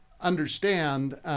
understand